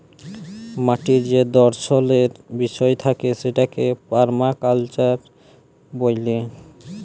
মাটির যে দর্শলের বিষয় থাকে সেটাকে পারমাকালচার ব্যলে